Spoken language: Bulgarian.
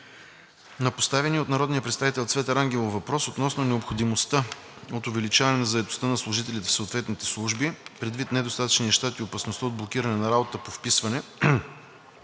На поставения от народния представител Цвета Рангелова въпрос относно необходимостта от увеличаване на заетостта на служителите в съответните служби предвид недостатъчния щат и опасността от блокиране на работата по вписване